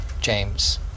James